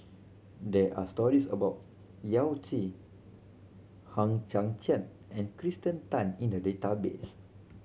there are stories about Yao Zi Hang Chang Chieh and Kirsten Tan in the database